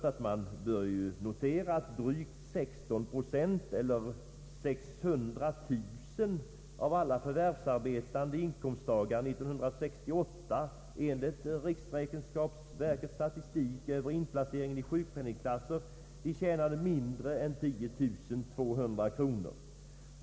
Det bör noteras att drygt 16 procent eller 600 000 av alla förvärvsarbetande inkomsttagare år 1968, enligt riksräkenskapsverkets statistik över inplaceringen i sjukpenningklasser, tjänade mindre än 10 200 kronor.